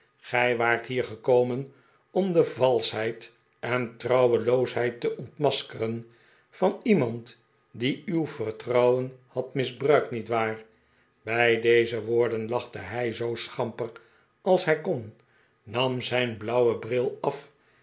gij waart hier gekomen om de valschheid en trouweloosheid te ontmaskeren van iemand die uw vertrouwen had misbruikt niet waar bij deze woorden lachte hij zoo schamper als hij kon nam zijn blauwen bril af